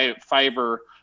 fiber